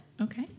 Okay